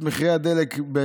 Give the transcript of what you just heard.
כשרואים את מחירי הדלק בישראל,